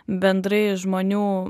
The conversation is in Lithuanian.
bendrai žmonių